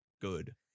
good